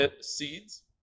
seeds